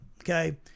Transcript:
okay